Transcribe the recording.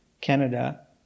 Canada